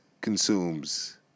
consumes